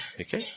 Okay